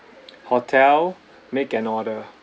hotel make an order